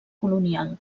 colonial